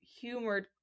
humored